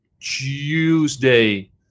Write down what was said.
Tuesday